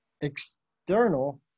external